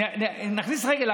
נכניס רגל.